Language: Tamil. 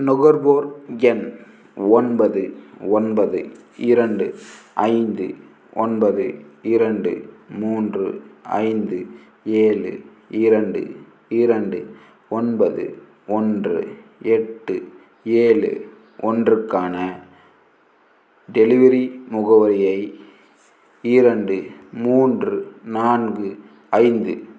நுகர்வோர் எண் ஒன்பது ஒன்பது இரண்டு ஐந்து ஒன்பது இரண்டு மூன்று ஐந்து ஏழு இரண்டு இரண்டு ஒன்பது ஒன்று எட்டு ஏழு ஒன்றுக்கான டெலிவரி முகவரியை இரண்டு மூன்று நான்கு ஐந்து